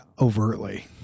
overtly